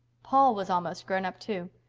paul was almost grown up, too.